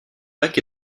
lac